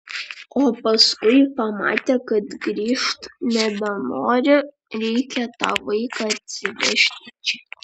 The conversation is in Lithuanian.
o paskui pamatė kad grįžt nebenori reikia tą vaiką atsivežti čia